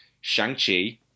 Shang-Chi